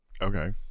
Okay